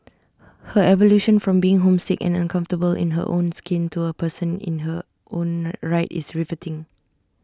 her evolution from being homesick and uncomfortable in her own skin to A person in her own right is riveting